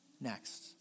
next